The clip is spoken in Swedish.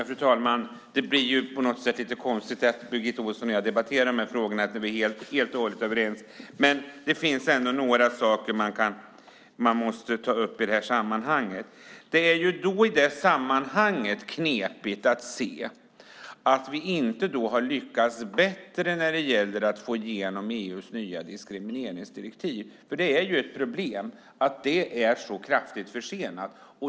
Fru talman! Det blir lite konstigt att Birgitta Ohlsson och jag debatterar dessa frågor eftersom vi är helt och hållet överens. Det finns dock några saker man måste ta upp i detta sammanhang. Det är ett problem att vi inte har lyckats bättre för att få igenom EU:s nya diskrimineringsdirektiv. Det är kraftigt försenat.